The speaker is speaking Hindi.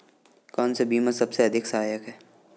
कौन सा बीमा सबसे अधिक सहायक है?